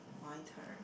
my turn